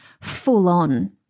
full-on